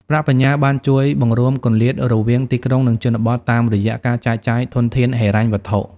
ប្រាក់បញ្ញើបានជួយបង្រួមគម្លាតរវាង "ទីក្រុង និងជនបទ" តាមរយៈការចែកចាយធនធានហិរញ្ញវត្ថុ។